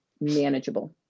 Manageable